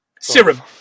serum